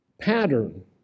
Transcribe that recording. pattern